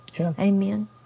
Amen